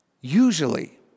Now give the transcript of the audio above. usually